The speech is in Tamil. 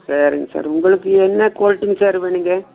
சரிங் சார் உங்களுக்கு என்ன குவாலிட்டிங்க சார் வேணும்ங்க